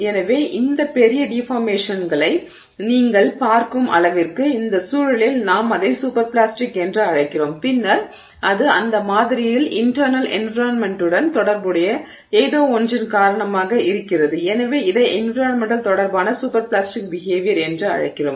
எனவே இந்த பெரிய டிஃபார்மேஷன்களை நீங்கள் பார்க்கும் அளவிற்கு இந்த சூழலில் நாம் அதை சூப்பர் பிளாஸ்டிக் என்று அழைக்கிறோம் பின்னர் அது அந்த மாதிரியின் இன்டெர்னல் என்விரான்மென்ட்டுடன் தொடர்புடைய ஏதோவொன்றின் காரணமாக இருக்கிறது எனவே இதை என்விரான்மென்டல் தொடர்பான சூப்பர் பிளாஸ்டிக் பிஹேவியர் என்று அழைக்கிறோம்